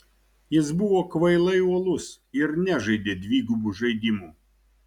jis buvo kvailai uolus ir nežaidė dvigubų žaidimų